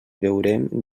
veurem